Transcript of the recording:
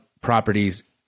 properties